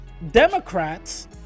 Democrats